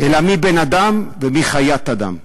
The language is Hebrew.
אלא מי בן-אדם ומי חיית אדם,